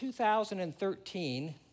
2013